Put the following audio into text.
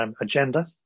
agenda